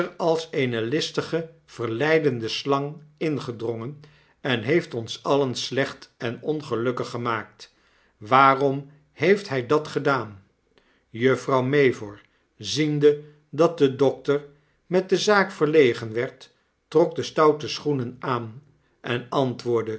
als eene listige verleidende slang ingedrongen en heeft ons alien slecht en ongelukkig gemaakt waarom heeft hij dat gedaan p juffrouw mvor ziende dat de dokter met de zaak verlegen werd trok de stoute schoenen aan en antwoordde